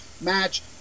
match